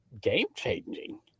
game-changing